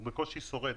הוא בקושי שורד.